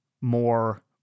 more